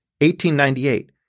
1898